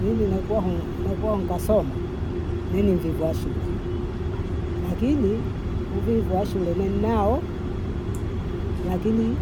Mimi nakuwa nkasoma, mimi ni mvivu wa shule, lakini uvivu wa shule mi nnao lakini